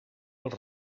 els